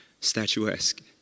statuesque